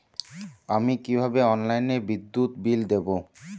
আমি কিভাবে অনলাইনে বিদ্যুৎ বিল দেবো?